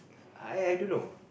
I I don't know